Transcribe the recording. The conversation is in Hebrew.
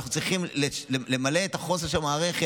עכשיו כשאנחנו צריכים למלא את החוסר של המערכת,